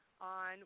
On